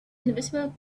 invisible